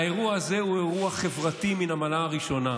האירוע הזה הוא אירוע חברתי מן המעלה הראשונה.